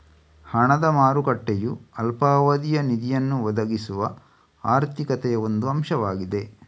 ಹಣದ ಮಾರುಕಟ್ಟೆಯು ಅಲ್ಪಾವಧಿಯ ನಿಧಿಯನ್ನು ಒದಗಿಸುವ ಆರ್ಥಿಕತೆಯ ಒಂದು ಅಂಶವಾಗಿದೆ